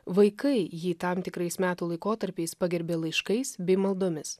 vaikai jį tam tikrais metų laikotarpiais pagerbia laiškais bei maldomis